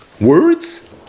Words